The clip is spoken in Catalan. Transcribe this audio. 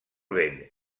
vent